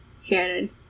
Shannon